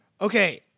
Okay